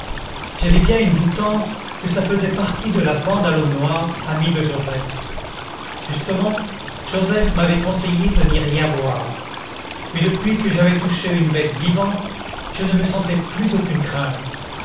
j'avais bien une doutance que ça faisait partie de la bande à l'homme noir ami de joseph justement joseph m'avait conseillé de n'y rien voir mais depuis que j'avais touché une bête vivante je ne me sentais plus aucune crainte